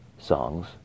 songs